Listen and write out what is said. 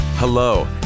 Hello